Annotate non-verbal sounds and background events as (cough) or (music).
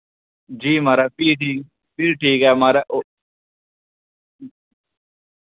जी माराज (unintelligible) फ्ही ठीक ऐ माराज ओ